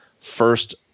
first